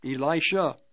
Elisha